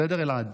בסדר, אלעד?